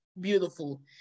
beautiful